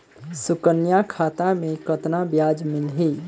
सुकन्या खाता मे कतना ब्याज मिलही?